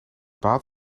baat